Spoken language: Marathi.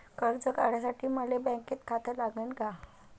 कर्ज काढासाठी मले बँकेत खातं लागन का?